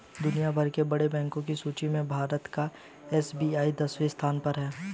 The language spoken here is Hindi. दुनिया भर के बड़े बैंको की सूची में भारत का एस.बी.आई दसवें स्थान पर है